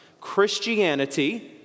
Christianity